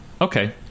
Okay